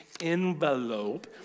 envelope